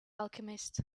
alchemist